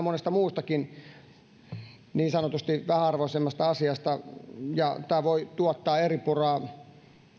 monesta muustakin niin sanotusti vähäarvoisemmasta asiasta ja tämä voi tuottaa eripuraa